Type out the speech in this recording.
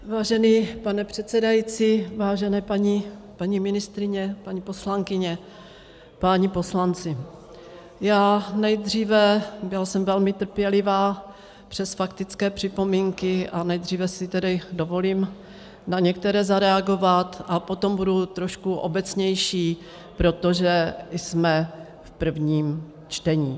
Vážený pane předsedající, vážené paní ministryně, paní poslankyně, páni poslanci, já si nejdříve, a byla jsem velmi trpělivá přes faktické připomínky, dovolím na některé zareagovat a potom budu trošku obecnější, protože jsme v prvním čtení.